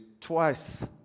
twice